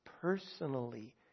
personally